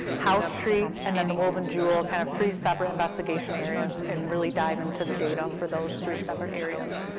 house street, and then the wolven jewell, kind of three separate investigation areas, and really dive into the data for those three separate areas.